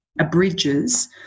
abridges